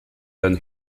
then